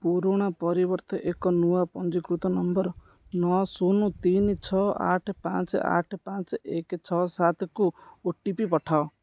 ପୁରୁଣା ପରିବର୍ତ୍ତେ ଏକ ନୂଆ ପଞ୍ଜୀକୃତ ନମ୍ବ ନଅ ଶୂନ ତିନି ଛଅ ଆଠ ପାଞ୍ଚ ଆଠ ପାଞ୍ଚ ଏକ ଛଅ ସାତ କୁ ଓ ଟି ପି ପଠାଅ